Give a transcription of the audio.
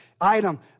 item